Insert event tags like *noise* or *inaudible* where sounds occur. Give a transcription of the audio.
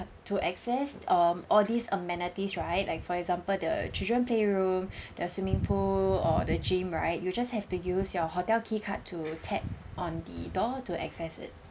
to access um all these amenities right like for example the children playroom *breath* the swimming pool or the gym right you just have to use your hotel key card to tap on the door to access it